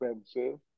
expensive